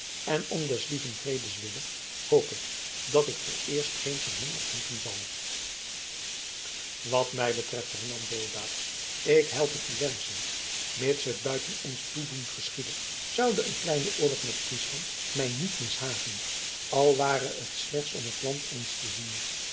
en om des lieven vredes wille hoop ik dat ik vooreerst geen van hen ontmoeten zal wat mij betreft hernam deodaat ik help het u wenschen mits het buiten ons toedoen geschiede zoude een kleine oorlog met friesland mij niet mishagen al ware het slechts om het land eens te zien